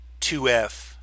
2F